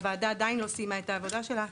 הוועדה עדיין לא סיימה את העבודה שלה.